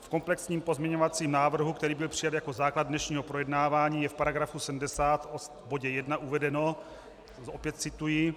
V komplexním pozměňovacím návrhu, který byl přijat jako základ dnešního projednávání, je v § 70 v bodě 1 uvedeno opět cituji: